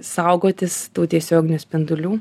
saugotis tų tiesioginių spindulių